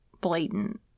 blatant